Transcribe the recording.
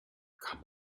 kann